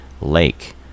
Lake